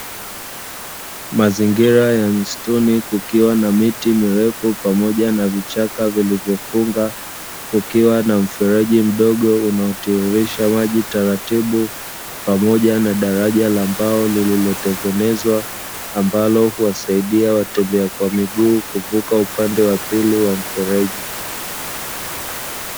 Mazingira ya misituni kukiwa na miti mirefu pamoja na vichaka vilivyofunga, kukiwa na mfereji mdogo unaotiririsha maji taratibu ,pamoja na daraja la mbao lililotengenezwa ,ambalo huwasaidia watembea kwa miguu kuvuka upande wa pili wa mfereji.